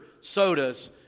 sodas